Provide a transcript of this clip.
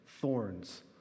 thorns